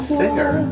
singer